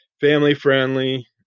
family-friendly